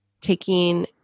taking